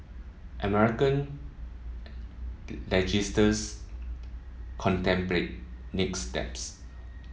American legislators contemplate nick steps